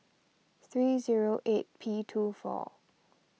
three zero eight P two four